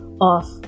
off